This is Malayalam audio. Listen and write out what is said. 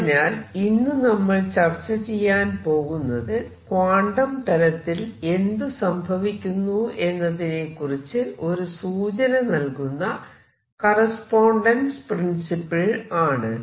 അതിനാൽ ഇന്ന് നമ്മൾ ചർച്ചചെയ്യാൻ പോകുന്നത് ക്വാണ്ടം തലത്തിൽ എന്ത് സംഭവിക്കുന്നുവെന്നതിനെക്കുറിച്ച് ഒരു സൂചന നൽകുന്ന കറസ്പോണ്ടൻസ് പ്രിൻസിപ്പിൾ ആണ്